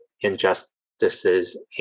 injustices